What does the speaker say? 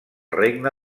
regne